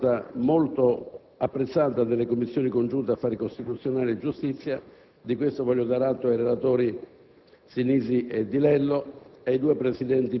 che la sostanza delle nostre posizioni è stata molto apprezzata dalle Commissioni riunite affari costituzionali e giustizia; di questo voglio dare atto ai relatori